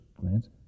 glance